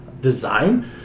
design